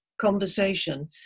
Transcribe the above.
conversation